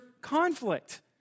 conflict